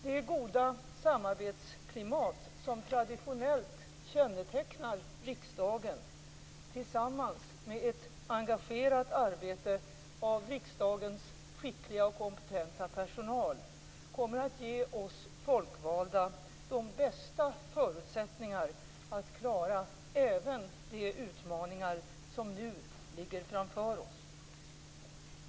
Det goda samarbetsklimat som traditionellt kännetecknar riksdagen, tillsammans med ett engagerat arbete av riksdagens skickliga och kompetenta personal, kommer att ge oss folkvalda de bästa förutsättningar att klara även de utmaningar som nu ligger framför oss.